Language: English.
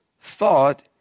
thought